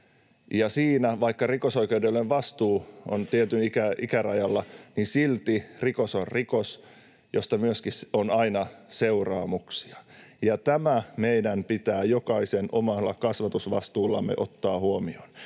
Ja vaikka rikosoikeudellinen vastuu on tietyllä ikärajalla, niin silti rikos on rikos, josta myöskin on aina seuraamuksia. Tämä meidän pitää jokaisen omalla kasvatusvastuullamme ottaa huomioon.